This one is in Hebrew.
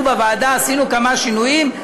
אנחנו בוועדה עשינו כמה שינויים,